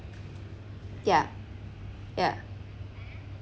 yeah yeah